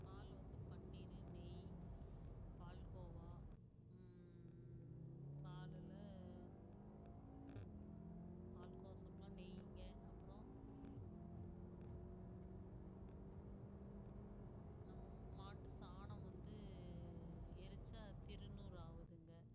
பால்ல வந்து பன்னீர் நெய் பால்கோவா பாலில் பால்கோவா சாப்பிட்லாம் நெய்யிங்க அப்பறம் நம் மாட்டு சாணம் வந்து எரிச்சால் திருநூறு ஆகுதுங்க